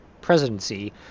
presidency